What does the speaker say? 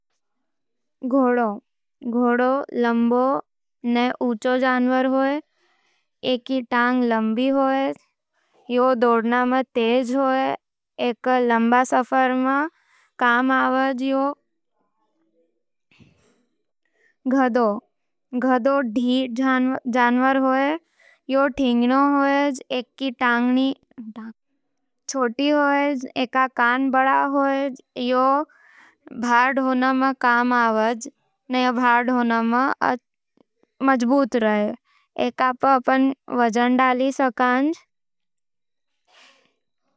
घोड़ा, घोड़ा उँचो औ तेज दौड़नो जानवरो हे। एकी तांग लांबी होवा, औ ज़्यादातर सवारी औ तेज सफर मं काम आवे। गदहा, गदहा ढीठ जानवर होव, थिंग्नो होवे। येन छोट टांग होवे, एक कान बड़ा होवज, औ भार ढोवो मं मजबूत होवे। एका मा आपन बजाण दलि सकंञ।